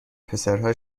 پسرها